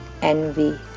envy